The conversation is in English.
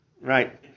Right